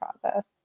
process